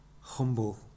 humble